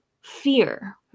fear